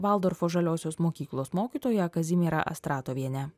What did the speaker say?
valdorfo žaliosios mokyklos mokytoja kazimiera astratovienė